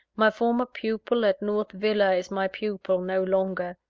my former pupil at north villa is my pupil no longer.